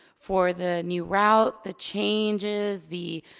for the new route, the changes, the